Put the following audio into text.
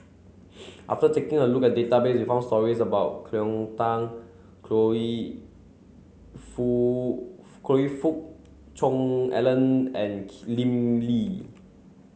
after taking a look at database we found stories about Cleo Thang Fook Cheong Alan and Lim Lee